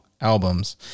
albums